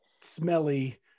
smelly